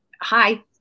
hi